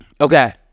Okay